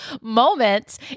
moments